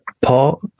Paul